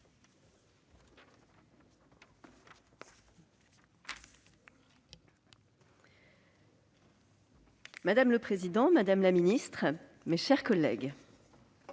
Madame la présidente, madame la ministre, mes chers collègues,